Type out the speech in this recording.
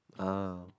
oh